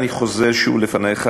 ואני חוזר שוב לפניך,